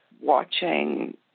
Watching